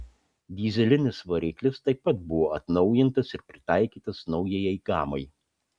dyzelinis variklis taip pat buvo atnaujintas ir pritaikytas naujajai gamai